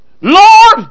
Lord